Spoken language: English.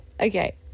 Okay